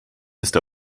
ist